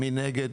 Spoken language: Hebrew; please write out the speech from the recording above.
מי נגד?